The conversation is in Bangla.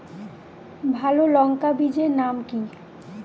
ভালো লঙ্কা বীজের নাম কি?